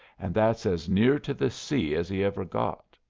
and that's as near to the sea as he ever got.